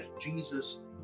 Jesus